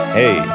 hey